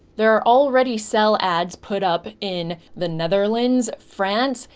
there are already sell ads put up in the netherlands, france,